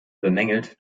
bemängelt